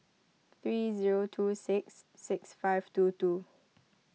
three zero two six six five two two